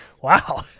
Wow